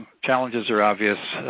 challenges are obvious.